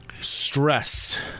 stress